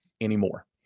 anymore